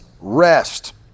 rest